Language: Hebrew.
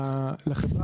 למגזר